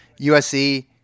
USC